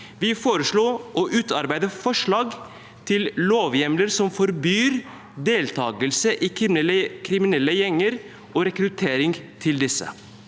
Vi foreslo å utarbeide forslag til lovhjemler som forbyr deltakelse i kriminelle gjenger og rekruttering til disse.